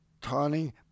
Tony